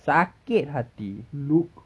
sakit hati